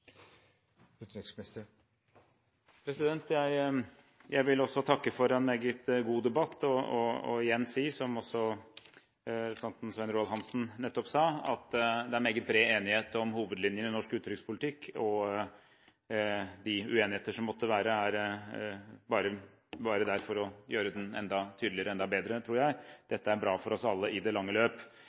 Jeg vil også takke for en meget god debatt og igjen si, som også representanten Svein Roald Hansen nettopp sa, at det er meget bred enighet om hovedlinjene i norsk utenrikspolitikk. De uenigheter som måtte være, er bare der for å gjøre den enda tydeligere og enda bedre, tror jeg. Dette er bra for oss alle i det lange løp.